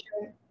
sure